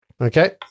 Okay